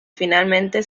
finalmente